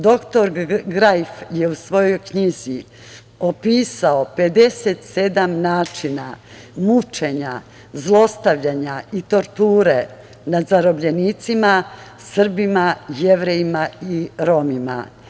Doktor Grajf je u svojoj knjizi opisao 57 načina mučenja, zlostavljanja i torture nad zarobljenicima Srbima, Jevrejima i Romima.